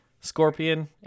Scorpion